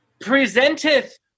presenteth